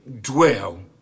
dwell